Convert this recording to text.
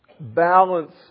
balance